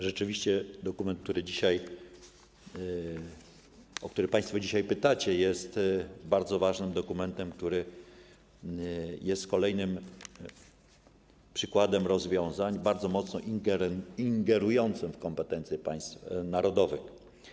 Rzeczywiście dokument, o który państwo dzisiaj pytacie, jest bardzo ważnym dokumentem, który jest kolejnym przykładem rozwiązań bardzo mocno ingerujących w kompetencje państw narodowych.